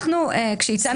ענישה?